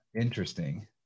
Interesting